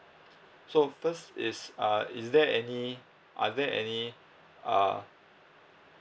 so first is uh is there any are there any uh